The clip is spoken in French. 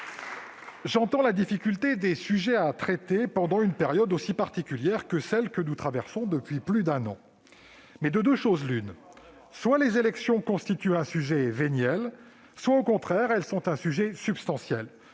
J'entends la difficulté des sujets à traiter pendant une période aussi particulière que celle que nous traversons depuis plus d'un an, ... J'en doute ...... mais de deux choses l'une : soit les élections constituent un sujet véniel, soit, au contraire, elles sont un sujet substantiel.